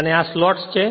અને આ સ્લોટ્સ છે